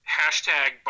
hashtag